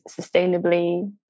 sustainably